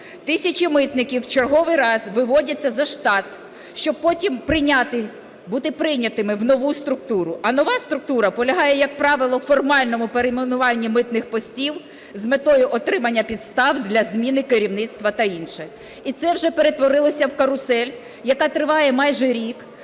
Тисячі митників в черговий раз виводяться за штат, щоб потім бути прийнятими в нову структуру. А нова структура полягає, як правило, в формальному перейменуванні митних постів з метою отримання підстав для зміни керівництва та інше. І це вже перетворилося в "карусель", яка триває майже рік,